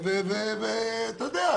אתה יודע,